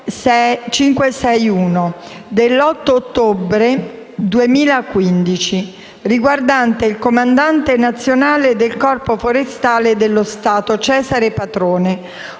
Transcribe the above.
dell'8 ottobre 2015, riguardante il comandante nazionale del Corpo forestale dello Stato Cesare Patrone.